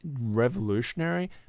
revolutionary